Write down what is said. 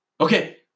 okay